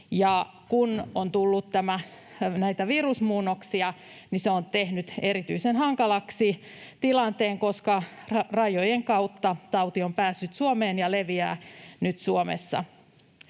kun on tullut näitä virusmuunnoksia, niin se on tehnyt tilanteen erityisen hankalaksi, koska rajojen kautta tauti on päässyt Suomeen ja leviää nyt Suomessa.